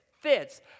fits